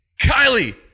kylie